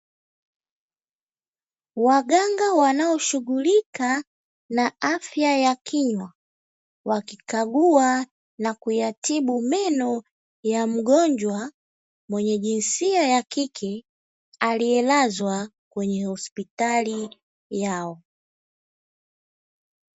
Waganga wanaoshughulika na afya ya kinywa wakikagua na kuyatibu meno ya mgonjwa mwenye jinsia ya kike aliyelazwa kwenye hospitali yao.